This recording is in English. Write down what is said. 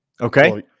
Okay